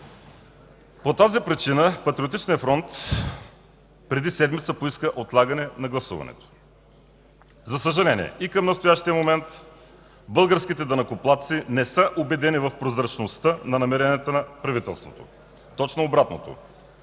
По тази причина Патриотичният фронт преди седмица поиска отлагане на гласуването. За съжаление, и към настоящия момент българските данъкоплатци не са убедени в прозрачността на намеренията на правителството, точно обратното